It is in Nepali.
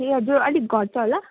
ए हजुर अलिक घट्छ होला